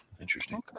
Interesting